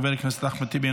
חבר הכנסת אחמד טיבי,